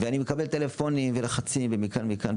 ואני מקבל טלפונים ולחצים ומכאן ומכאן,